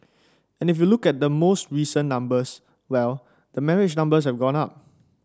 and if you look at the most recent numbers well the marriage numbers have gone up